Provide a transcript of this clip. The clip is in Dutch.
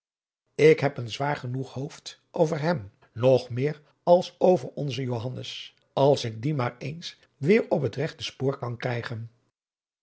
ik heb een zwaar genoeg hoofd over hem nog meer als over onzen johannes als ik dien maar eens weêr op het regte spoor kan krijgen